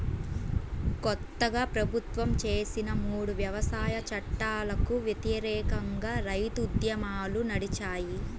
కొత్తగా ప్రభుత్వం చేసిన మూడు వ్యవసాయ చట్టాలకు వ్యతిరేకంగా రైతు ఉద్యమాలు నడిచాయి